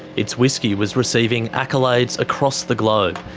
its whisky was receiving accolades across the globe.